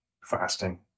fasting